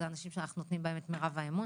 מדובר באנשים שאנחנו נותנים בהם את מירב האמון.